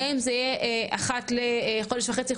גם אם זה יהיה אחת לחודש וחצי,